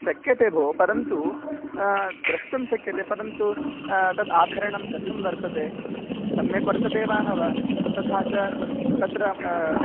शक्यते भो परन्तु द्रष्टुं शक्यते परन्तु तत् आभरणं कथं वर्तते सम्यक् वर्तते वा न वा तथा च तत्र